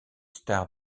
stars